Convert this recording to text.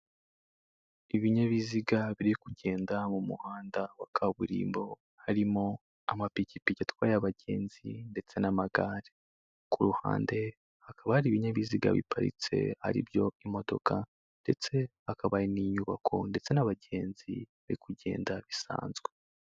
Ibinyabiziga biri kugenda mu muhanda wa kaburimbo, harimo amapikipiki atwaye abagenzi ndetse n'amagare, ku ruhande hakaba hari ibinyabiziga biparitse aribyo imodoka ndetse hakaba ari n'inyubako ndetse n'abagenzi bari kugenda bisanzwe.